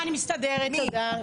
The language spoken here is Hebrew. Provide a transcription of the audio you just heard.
אני מסתדרת, תודה.